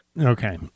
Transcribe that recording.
Okay